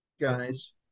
guys